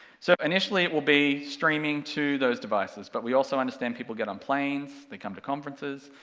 so initially it will be streaming to those devices, but we also understand people get on planes, they come to conferences,